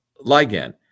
ligand